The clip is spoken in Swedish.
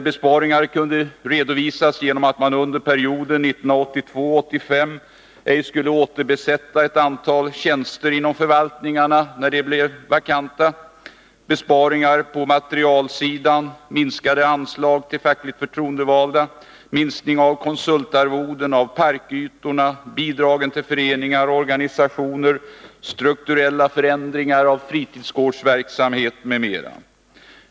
Besparingar kunde redovisas genom att man under perioden 1982-1985 inte skulle återbesätta ett antal tjänster inom förvaltningarna när de blev vakanta, och man kunde peka på besparingar på materialsidan, minskade anslag till fackligt förtroendevalda, minskning av konsultarvoden, av parkytorna och av bidragen till föreningar och organisationer, strukturella förändringar av fritidsgårdsverksamheten m.m.